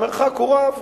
המרחק הוא רב.